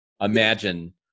imagine